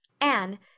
Anne